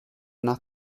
nach